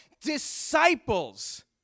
Disciples